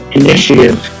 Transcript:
initiative